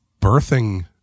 birthing